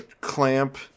Clamp